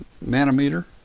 manometer